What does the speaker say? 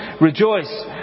rejoice